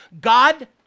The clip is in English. God